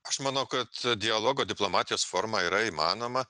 aš manau kad dialogo diplomatijos forma yra įmanoma